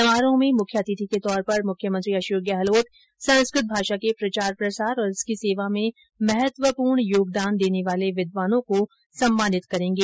समारोह में मुख्य अतिथि के तौर पर मुख्यमंत्रो अशोक गहलोत संस्कृत भाषा के प्रचार प्रसार और इसकी सेवा में महत्वपूर्ण योगदान देने वाले विद्वानों को सम्मानित करेंगे